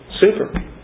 Super